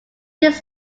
this